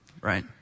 right